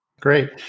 Great